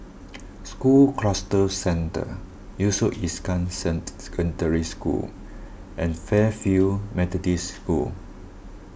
School Cluster Centre Yusof sent Secondary School and Fairfield Methodist School